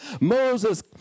Moses